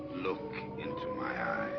look into my